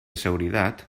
seguridad